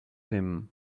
him